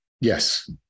Yes